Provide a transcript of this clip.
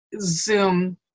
zoom